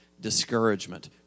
discouragement